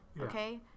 okay